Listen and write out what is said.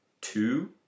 two